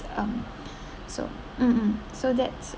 um so mm so that's